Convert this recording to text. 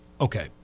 Okay